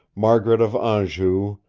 margaret of anjou,